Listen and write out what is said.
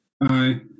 Aye